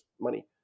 money